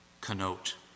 connote